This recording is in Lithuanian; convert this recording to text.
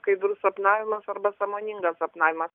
skaidrus sapnavimas arba sąmoningas sapnavimas